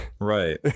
right